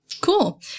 Cool